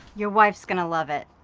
your wife's gonna love it.